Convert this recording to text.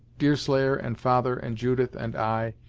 deerslayer, and father, and judith, and i,